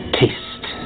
taste